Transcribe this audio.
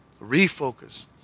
refocus